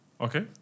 Okay